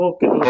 Okay